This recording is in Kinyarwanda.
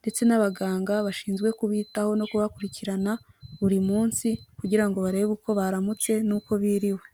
ndetse n'abaganga bashinzwe kubitaho no kubakurikirana buri munsi, kugira ngo barebe uko baramutse n'uko biriwe.